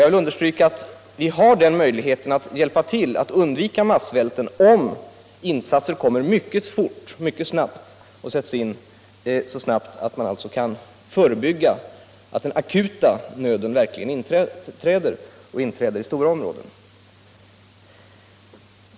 Jag vill understryka att vi har möjlighet att hjälpa till att undvika massvält om insatser görs mycket snabbt — så snabbt att man kan förebygga att den akuta nöden verkligen inträder, och inträder i stora områden.